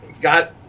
got